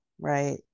right